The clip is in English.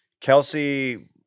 Kelsey